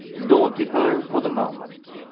daunted her for the moment.